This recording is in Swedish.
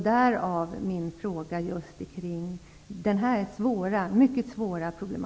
Därför tog jag upp frågan om detta mycket svåra problem.